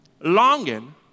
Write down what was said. longing